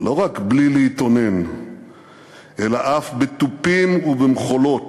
לא רק בלי להתאונן, אלא אף בתופים ובמחולות.